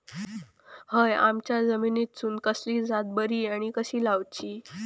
हया आम्याच्या जातीनिसून कसली जात बरी आनी कशी लाऊची?